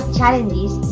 challenges